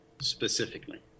specifically